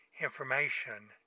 information